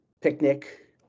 picnic